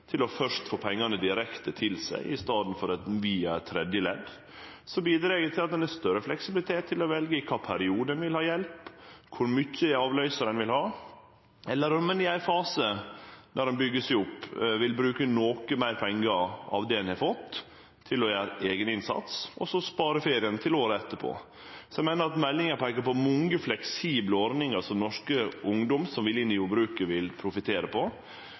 først å få pengane direkte til seg i staden for via eit tredjeledd, bidreg det til at ein har større fleksibilitet til å velje i kva periode ein vil ha hjelp, kor mykje avløysarane vil ha, eller om ein i ei fase der ein byggjer seg opp, vil bruke noko meir pengar av det ein har fått, til å gjere ein eigeninnsats, og så spare ferien til året etterpå. Så eg meiner at meldinga peiker på mange fleksible ordningar som norsk ungdom som vil inn i jordbruket, vil profittere på.